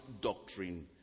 doctrine